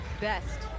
Best